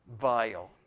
vile